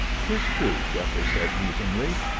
tis true, geoffrey said, musingly,